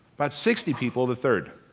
about sixty people the third.